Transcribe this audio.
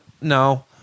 No